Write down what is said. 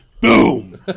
boom